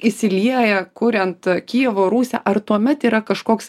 įsilieja kuriant kijevo rusią ar tuomet yra kažkoks